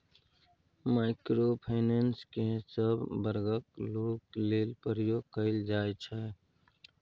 micro finance केँ सब बर्गक लोक लेल प्रयोग कएल जाइ छै